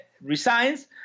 resigns